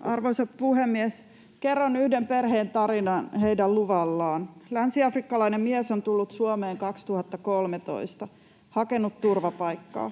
Arvoisa puhemies! Kerron yhden perheen tarinan heidän luvallaan: Länsiafrikkalainen mies on tullut Suomeen 2013 ja on hakenut turvapaikkaa.